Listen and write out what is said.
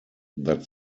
that